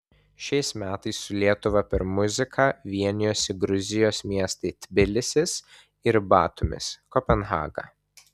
šiais metais su lietuva per muziką vienijosi gruzijos miestai tbilisis ir batumis kopenhaga